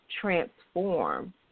transform